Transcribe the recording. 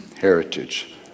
heritage